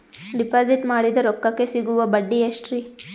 Deposit ಮಾಡಿದ ರೊಕ್ಕಕೆ ಸಿಗುವ ಬಡ್ಡಿ ಎಷ್ಟ್ರೀ?